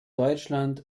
deutschland